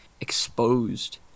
exposed